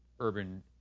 urban